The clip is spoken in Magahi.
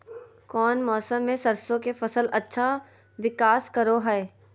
कौन मौसम मैं सरसों के फसल अच्छा विकास करो हय?